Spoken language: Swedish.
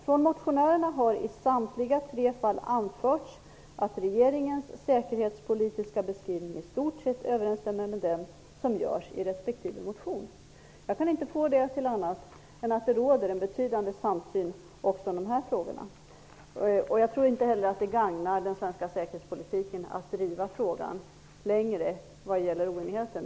Från motionärerna har i samtliga tre fall anförts att regeringens säkerhetspolitiska beskrivning i stort sett överensstämmer med den som görs i respektive motion." Jag kan inte få det till annat än att det råder en betydande samsyn också om de här frågorna. Jag tror inte heller att det gagnar den svenska säkerhetspolitiken att driva frågan längre vad gäller oenigheten.